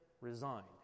resigned